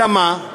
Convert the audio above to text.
אלא מה,